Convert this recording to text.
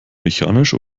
mechanisch